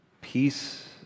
peace